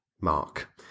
mark